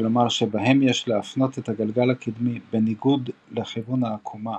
כלומר שבהם יש להפנות את הגלגל הקדמי בניגוד לכיוון העקומה